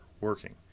working